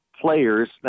players